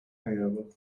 hangover